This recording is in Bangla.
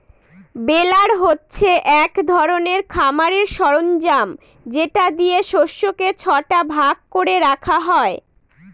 বেলার হচ্ছে এক ধরনের খামারের সরঞ্জাম যেটা দিয়ে শস্যকে ছটা ভাগ করে রাখা হয়